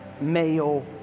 male